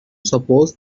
suppose